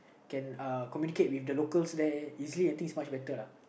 can uh communicate with the locals there easily I think it's must better ah